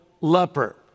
leper